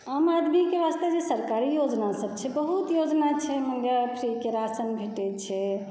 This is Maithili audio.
आम आदमीकेॅं वास्ते जे सरकारी योजनासभ छै बहुत योजना छै ओहिमे फ्रीके रासन भेटै छै